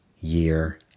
year